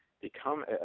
become